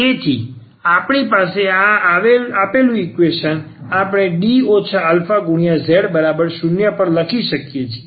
તેથી આપણી પાસે આ આપેલું ઈક્વેશન આપણે D αz0 પર લખી શકીએ છીએ